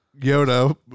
Yoda